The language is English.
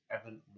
Evan